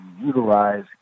utilize